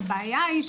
הבעיה היא,